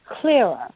clearer